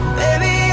baby